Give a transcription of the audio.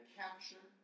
capture